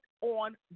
on